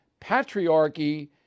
patriarchy